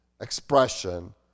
expression